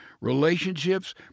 relationships